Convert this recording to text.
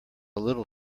little